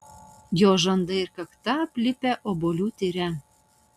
jos žandai ir kakta aplipę obuolių tyre